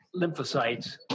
lymphocytes